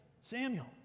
Samuel